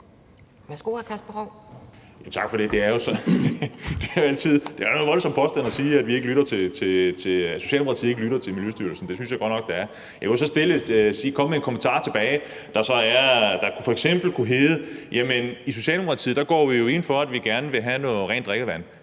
Kl. 11:56 Kasper Roug (S): Tak for det. Det er en noget voldsom påstand at sige, at Socialdemokratiet ikke lytter til Miljøstyrelsen – det synes jeg godt nok det er. Jeg kunne så komme med en kommentar, der f.eks. kunne hedde: Jamen i Socialdemokratiet går vi jo ind for, at man skal have rent drikkevand,